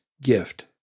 gift